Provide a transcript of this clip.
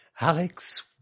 Alex